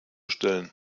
stellen